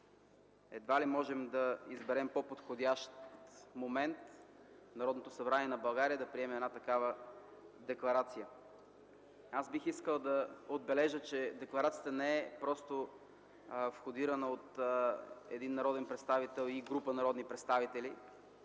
Едва ли можем да изберем по-подходящ момент Народното събрание на България да приеме такава декларация. Бих искал да отбележа, че декларацията не е просто входирана от един народен представител или група народни представители,